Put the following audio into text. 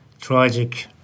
tragic